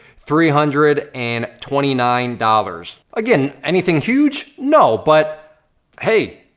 three hundred and twenty nine dollars. again, anything huge? no, but hey,